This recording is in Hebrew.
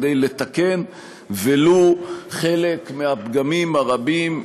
כדי לתקן ולו חלק מהפגמים הרבים,